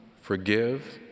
forgive